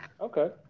Okay